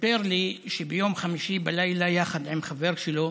וסיפר לי שביום חמישי בלילה היה יחד עם חבר שלו